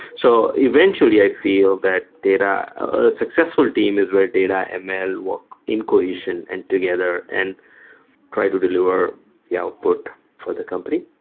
so eventually, i feel like data or a successful team is where data and ml work in cohesion and together and try to deliver the output for the company.